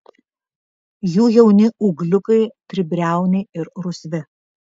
jų jauni ūgliukai tribriauniai ir rusvi